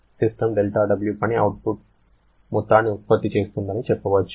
system δW పని output మొత్తాన్ని ఉత్పత్తి చేస్తుందని చెప్పవచ్చు